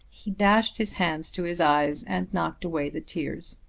he dashed his hands to his eyes and knocked away the tears.